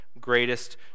greatest